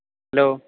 hello